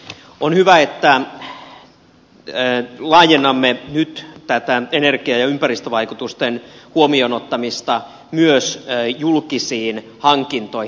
on hyvä että laajennamme nyt tätä energia ja ympäristövaikutusten huomioon ottamista myös julkisiin hankintoihin